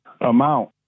Amount